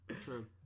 True